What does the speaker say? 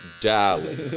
darling